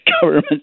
government